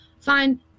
Fine